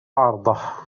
عرضه